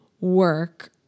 work